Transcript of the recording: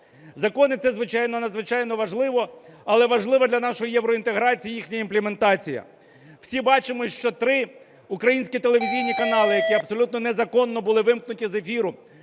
Закони – це надзвичайно важливо, але важливо для нашої євроінтеграції їхня імплементація. Всі бачимо, що три українські телевізійні канали, які абсолютно незаконно були вимкнуті з ефіру